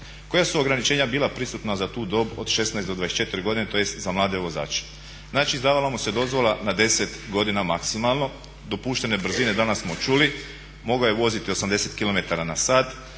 Koja su ograničenja bila prisutna za tu dob od 16 do 24 godine, tj. za mlade vozače? Znači izdavala mu se dozvola na 10 godina maksimalno dopuštene brzine danas smo čuli mogao je voziti 80 km na sat,